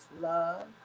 love